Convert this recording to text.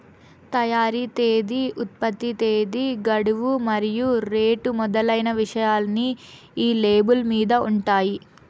తయారీ తేదీ ఉత్పత్తి తేదీ గడువు మరియు రేటు మొదలైన విషయాలన్నీ ఈ లేబుల్ మీద ఉంటాయి